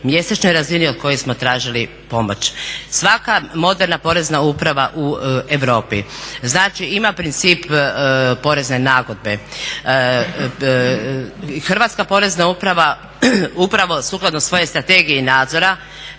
mjesečnoj razini od koje smo tražili pomoć. Svaka moderna Porezna uprava u Europi ima princip porezne nagodbe. Hrvatska Porezna uprav upravo sukladno svojoj strategiji nadzora